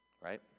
Right